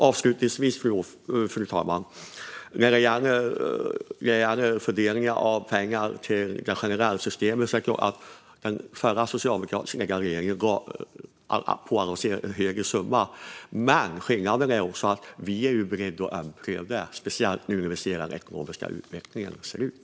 Avslutningsvis, fru talman: När det gäller fördelningen av pengar till det generella systemet är det klart att den förra socialdemokratiska regeringen annonserade en högre summa. Men skillnaden är också att vi är beredda att ompröva, speciellt nu när vi ser hur den ekonomiska utvecklingen ser ut.